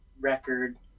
record